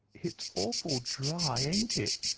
it's awful dry, ain't it?